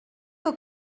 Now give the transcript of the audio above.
que